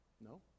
No